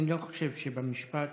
אני לא חושב שבמשפט